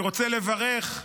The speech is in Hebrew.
אני רוצה לברך.